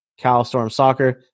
CalStormSoccer